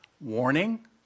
warning